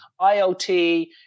IoT